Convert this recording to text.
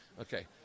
Okay